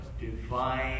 divine